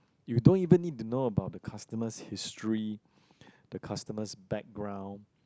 you don't even need to know about the customer's history the customer's background